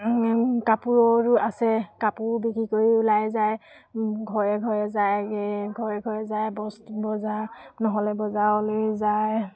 কাপোৰৰো আছে কাপোৰ বিক্ৰী কৰি ওলাই যায় ঘৰে ঘৰে যায়গৈ ঘৰে ঘৰে যায় বস্তু বজাৰ নহ'লে বজাৰলৈয়ো যায়